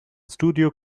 studio